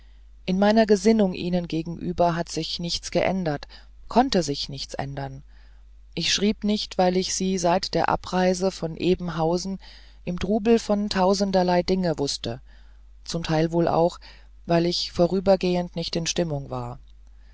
in meiner gesinnung ihnen gegenüber hat sich nichts geändert konnte sich nichts ändern ich schrieb nicht weil ich sie seit der abreise von ebenhausen im trubel von tausenderlei dingen wußte zum teil wohl auch weil ich vorübergehend nicht in stimmung war